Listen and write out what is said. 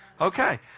Okay